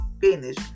finish